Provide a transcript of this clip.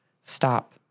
stop